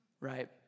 right